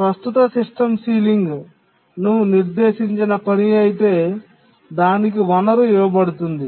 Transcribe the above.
ప్రస్తుత సిస్టమ్ పైకప్పును నిర్దేశించిన పని అయితే దానికి వనరు ఇవ్వబడుతుంది